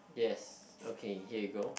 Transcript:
yes okay here you go